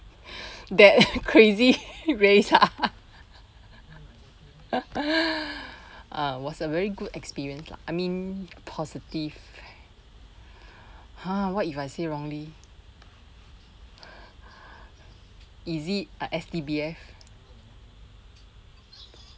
that crazy race ah ah was a very good experience lah I mean positive !huh! what if I say wrongly is it S_D_B_F